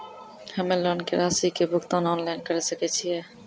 हम्मे लोन के रासि के भुगतान ऑनलाइन करे सकय छियै?